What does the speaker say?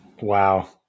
Wow